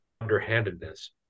underhandedness